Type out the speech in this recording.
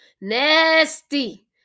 nasty